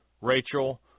Rachel